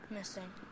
Missing